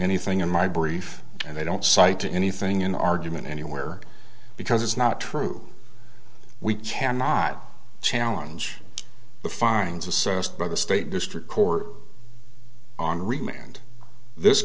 anything in my brief and they don't cite anything in argument anywhere because it's not true we cannot challenge the fines assessed by the state district court on